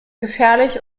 gefährlich